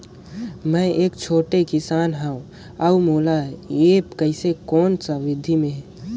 मै एक छोटे किसान हव अउ मोला एप्प कइसे कोन सा विधी मे?